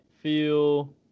feel